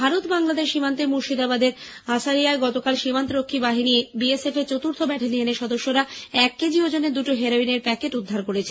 ভারত বাংলাদেশ সীমান্তে মুর্শিদাবাদের আশারিয়ায় গতকাল সীমান্তরক্ষী বাহিনী বি এস এফ এর চতুর্থ ব্যাটেলিয়ানের সদস্যরা এক কেজি ওজনের দুটি হেরোইনের প্যাকেট উদ্ধার করেছে